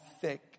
thick